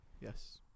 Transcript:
Yes